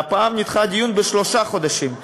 והפעם נדחה הדיון בעוד שלושה חודשים.